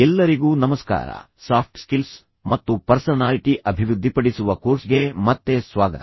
ಎಲ್ಲರಿಗೂ ನಮಸ್ಕಾರ soft skills ಮತ್ತು ಪರ್ಸನಾಲಿಟಿ ಅಭಿವೃದ್ಧಿಪಡಿಸುವ ಕೋರ್ಸ್ ಗೆ ಮತ್ತೆ ಸ್ವಾಗತ